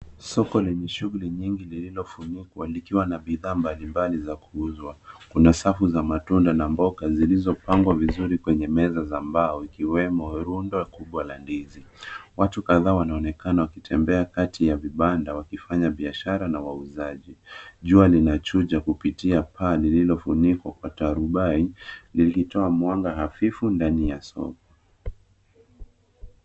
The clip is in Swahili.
Soko lenye shughuli nyingi lililofunikwa likiwa na bidhaa mbalimbali za kuuzwa. Kuna safu za matunda na mboka zilizopangwa vizuri kwenye meza za mbao ikiwemo rundo kubwa la ndizi. Watu kadhaaa waanaonekana wakitembea kati ya vibanda wakifanya biashara na wauzaji. Jua linachuja kupitia paa lililofunikwa kwa tarubai, likitoa mwanga hafifu ya soko.